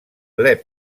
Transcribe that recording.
lev